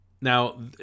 Now